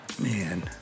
Man